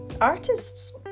artists